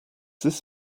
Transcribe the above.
this